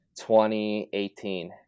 2018